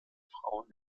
frauen